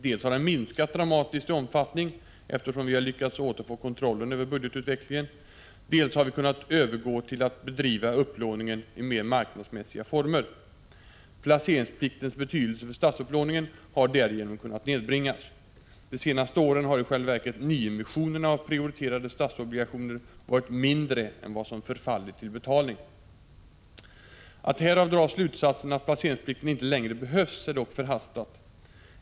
Dels har den minskat dramatiskt i omfattning eftersom vi har lyckats återfå kontrollen över budgetutvecklingen, dels har vi kunnat övergå till att bedriva upplåningen i mer marknadsmässiga former. Placeringspliktens betydelse för statsupplåningen har därigenom kunnat nedbringas. De senaste åren har i själva verket nyemissionerna av prioriterade statsobligationer varit mindre än vad som förfallit till betalning. Att härav dra slutsatsen att placeringsplikten inte längre behövs är dock förhastat.